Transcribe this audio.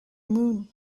moon